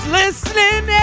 listening